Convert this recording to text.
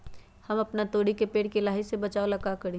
हम अपना तोरी के पेड़ के लाही से बचाव ला का करी?